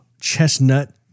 chestnut